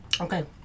okay